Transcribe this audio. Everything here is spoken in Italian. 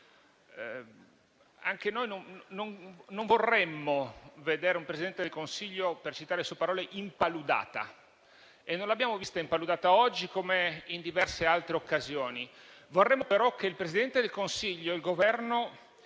anche noi non vorremmo vedere un Presidente del Consiglio, per citare le sue parole, impaludata. E non l'abbiamo vista impaludata, oggi come in diverse altre occasioni. Noi vorremmo, però, che il Presidente del Consiglio e il Governo